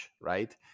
right